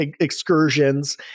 excursions